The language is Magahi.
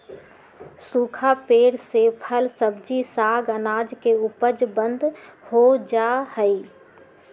सूखा पेड़ से फल, सब्जी, साग, अनाज के उपज बंद हो जा हई